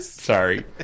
Sorry